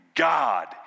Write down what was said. God